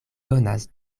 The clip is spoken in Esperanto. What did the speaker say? donas